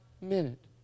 minute